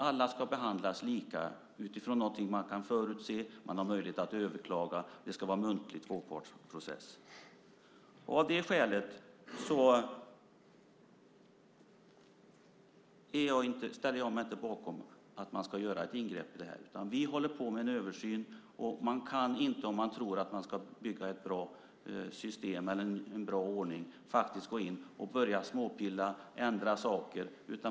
Alla ska behandlas lika utifrån något man kan förutse. Man har möjlighet att överklaga, och det ska vara en muntlig tvåpartsprocess. Av det skälet ställer jag mig inte bakom att man ska göra ett ingrepp i detta. Vi håller på med en översyn. Man kan inte, om man tror att man ska bygga en bra ordning, gå in och börja småpilla och ändra saker.